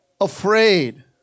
afraid